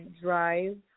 drive